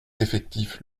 effectif